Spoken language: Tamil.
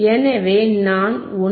எனவே நான் 1